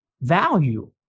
value